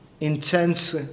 intense